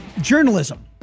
journalism